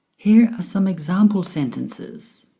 here are some example sentences.